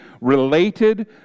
related